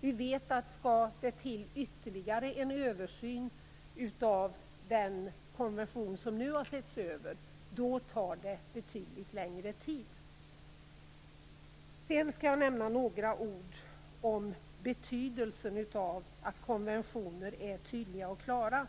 Vi vet att om det skall till ytterligare en översyn av den konvention som nu har setts över kommer det att ta betydligt längre tid. Jag skall nämna några ord om betydelsen av att konventioner är tydliga och klara.